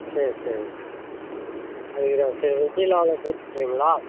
சரி சரிங்க சார் இது சரி வெண்ணிலாவில் போட்டு விட்டுர்றீங்களா